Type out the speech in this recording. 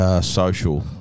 Social